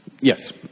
Yes